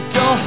go